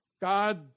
God